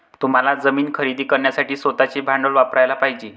तुम्हाला जमीन खरेदी करण्यासाठी स्वतःचे भांडवल वापरयाला पाहिजे